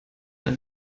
ein